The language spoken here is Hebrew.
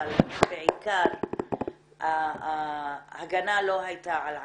אבל בעיקר ההגנה לא הייתה על עצמי,